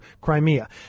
Crimea